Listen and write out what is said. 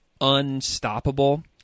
unstoppable